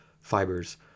fibers